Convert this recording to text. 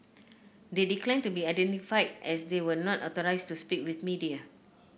they declined to be identified as they were not authorised to speak with media